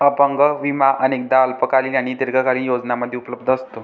अपंगत्व विमा अनेकदा अल्पकालीन आणि दीर्घकालीन योजनांमध्ये उपलब्ध असतो